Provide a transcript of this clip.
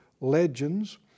legends